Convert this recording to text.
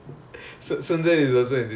oh sundara he's also in